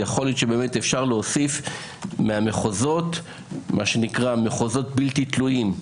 יכול להיות שאפשר להוסיף ממחוזות בלתי תלויים.